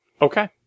Okay